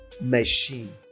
machine